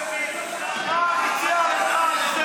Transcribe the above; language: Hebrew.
מה הציע לך הרזרבי?